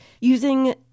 using